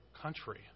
country